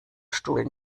stuhl